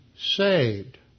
saved